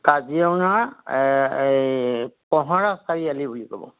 কাজিৰঙা এই কঁহৰা চাৰিআলি বুলি ক'ব